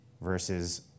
versus